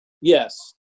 yes